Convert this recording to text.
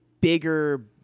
bigger